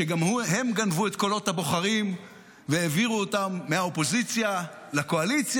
שגם הם גנבו את קולות הבוחרים והעבירו אותם מהאופוזיציה לקואליציה,